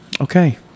Okay